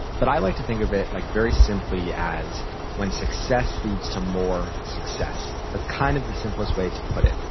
but i like to think of it like very simply as when success leads to more success. that's kind of the simplest way to put it.